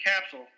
capsule